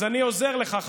אז אני עוזר לך,